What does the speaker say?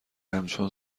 همچون